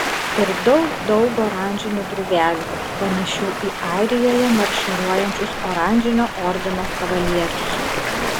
ir daug daug oranžinių drugelių panašių į airijoje marširuojančius oranžinio ordino kavalierius